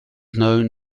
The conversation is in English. known